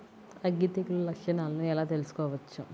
అగ్గి తెగులు లక్షణాలను ఎలా తెలుసుకోవచ్చు?